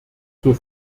zur